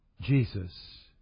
Jesus